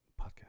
podcast